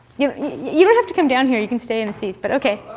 you you don't have to come down here. you can stay in the seats. but ok.